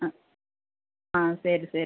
ஆ ஆ சரி சரி